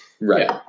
right